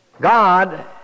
God